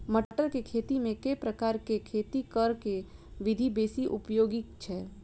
मटर केँ खेती मे केँ प्रकार केँ खेती करऽ केँ विधि बेसी उपयोगी छै?